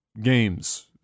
games